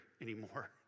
anymore